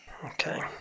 Okay